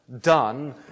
done